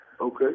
Okay